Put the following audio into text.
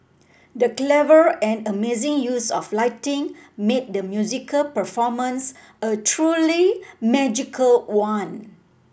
the clever and amazing use of lighting made the musical performance a truly magical one